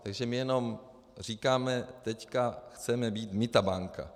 Takže my jenom říkáme: teď chceme být my ta banka.